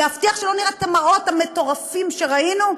להבטיח שלא נראה את המראות המטורפים שראינו?